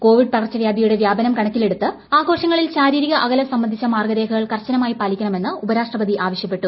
Covid പകർച്ചവ്യാധിയുടെ വ്യാപനം കണക്കിലെടുത്ത് ആഘോഷങ്ങളിൽ ശാരീരിക അകലം സംബന്ധിച്ച മാർഗരേഖകൾ കർശനമായി പാലിക്കണമെന്ന് ഉപരാഷ്ട്രപതി ആവശ്യപ്പെട്ടു